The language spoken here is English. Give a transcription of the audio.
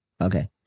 Okay